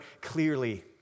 clearly